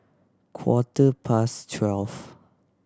quarter past twelve